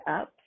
up